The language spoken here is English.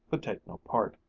could take no part.